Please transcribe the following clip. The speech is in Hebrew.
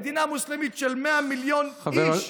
מדינה מוסלמית של 100 מיליוני אנשים,